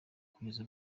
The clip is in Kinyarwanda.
kugeza